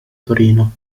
torino